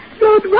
Lord